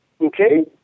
Okay